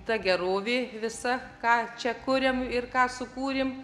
ta gerovė visa ką čia kuriam ir ką sukūrėm